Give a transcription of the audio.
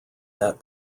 that